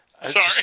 Sorry